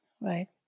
right